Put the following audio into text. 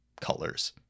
colors